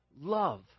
love